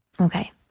Okay